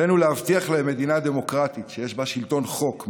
עלינו להבטיח להם מדינה דמוקרטית שיש בה שלטון חוק,